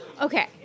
Okay